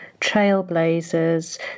trailblazers